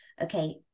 okay